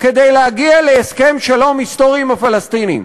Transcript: כדי להגיע להסכם שלום היסטורי עם הפלסטינים.